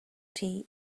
tea